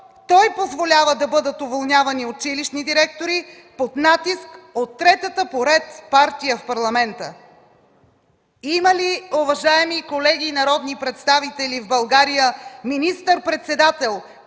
той позволява да бъдат уволнявани училищни директори под натиск от третата по ред партия в Парламента? Има ли, уважаеми колеги, народни представители, в България министър-председател